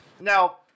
Now